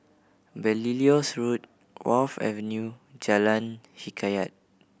Belilios Road Wharf Avenue Jalan Hikayat